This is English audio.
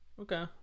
Okay